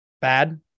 bad